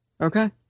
Okay